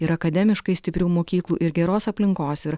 ir akademiškai stiprių mokyklų ir geros aplinkos ir